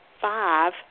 five